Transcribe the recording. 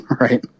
right